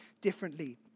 differently